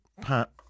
Pat